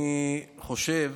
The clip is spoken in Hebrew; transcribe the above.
אני חושב